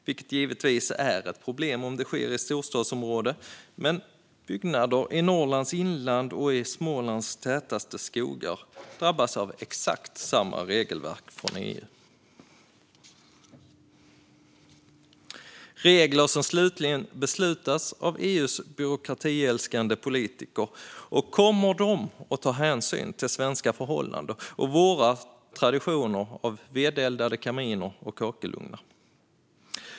Det är givetvis ett problem om det sker i storstadsområden, men byggnader i Norrlands inland och i Smålands tätaste skogar drabbas av exakt samma regelverk från EU. Kommer de regler som slutligen beslutas av EU:s byråkratiälskande politiker att ta hänsyn till svenska förhållanden och vår tradition av vedeldade kaminer och kakelugnar?